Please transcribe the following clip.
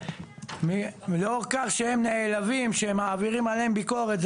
לאור כך שהם נעלבים שמעבירים עליהם ביקורת,